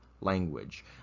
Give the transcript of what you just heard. language